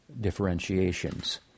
differentiations